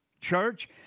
church